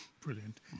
Brilliant